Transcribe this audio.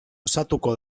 osatuko